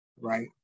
Right